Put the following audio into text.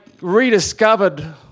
rediscovered